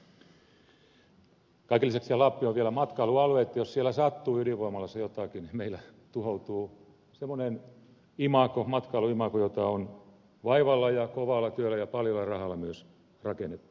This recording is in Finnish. kaiken lisäksihän lappi on vielä matkailualue että jos siellä sattuu ydinvoimalassa jotakin meillä tuhoutuu semmoinen matkailuimago jota on vaivalla ja kovalla työllä ja paljolla rahalla myös rakennettu